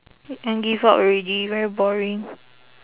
I give up already very boring